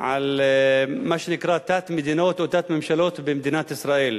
על מה שנקרא תת-מדינות או תת-ממשלות במדינת ישראל.